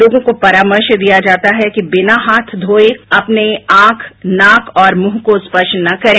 लोगों को परामर्श दिया जाता है कि बिना हाथ धोये अपने आंख नाक और मुंह को स्पर्श न करें